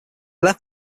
left